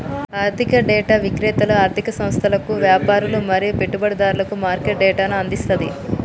ఆర్థిక డేటా విక్రేతలు ఆర్ధిక సంస్థలకు, వ్యాపారులు మరియు పెట్టుబడిదారులకు మార్కెట్ డేటాను అందిస్తది